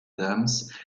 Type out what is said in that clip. adams